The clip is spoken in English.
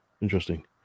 Interesting